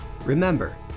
Remember